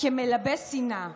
כמלבה שנאה.